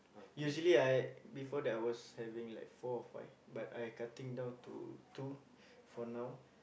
usually I before that I was having like four or five but I cutting down to two for now